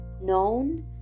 known